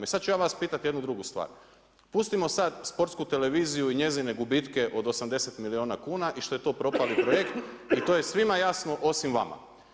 I sada ću ja vas pitati jednu drugu stvar, pustimo sada Sportsku televiziju i njezine gubitke od 80 milijuna kuna i što je to propali projekt i to je svima jasno osim vama.